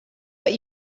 but